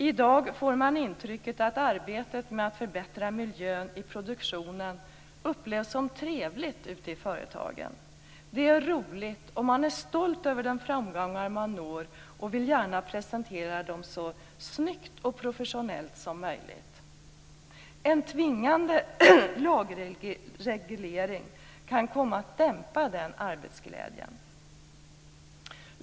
I dag får man intrycket att arbetet med att förbättra miljön i produktionen upplevs som trevligt ute i företagen. Det är roligt, och man är stolt över de framgångar man når. Man vill gärna presentera dem så snyggt och professionellt som möjligt. En tvingande lagreglering kan komma att dämpa den arbetsglädjen.